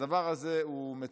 הדבר הזה מצער,